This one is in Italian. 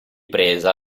presa